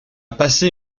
passé